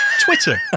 twitter